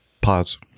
Pause